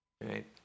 Right